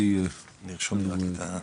טוב,